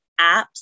apps